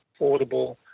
affordable